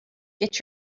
get